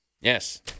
Yes